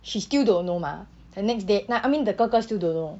she's still don't know mah the next day now I mean the 哥哥 still don't know